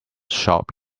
shop